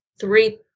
three